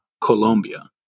colombia